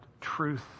truth